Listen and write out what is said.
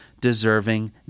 deserving